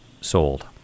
sold